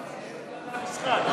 כללי המשחק.